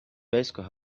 bicycle